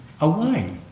away